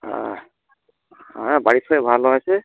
হ্যাঁ হ্যাঁ বাড়ির সবাই ভালো আছে